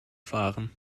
fahren